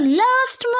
last